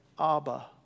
Abba